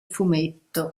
fumetto